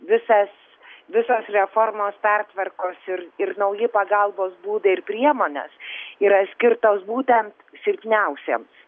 visas visos reformos pertvarkos ir ir nauji pagalbos būdai ir priemonės yra skirtos būtent silpniausiems